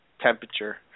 temperature